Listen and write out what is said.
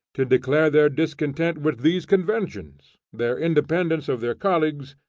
to declare their discontent with these conventions, their independence of their colleagues,